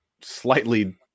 slightly